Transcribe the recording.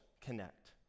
connect